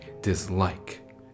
dislike